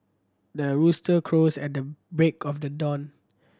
the rooster crows at the break of the dawn